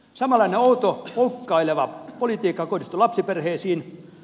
samanlainen outo poukkoileva politiikka kohdistuu lapsiperheisiin